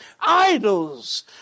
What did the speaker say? idols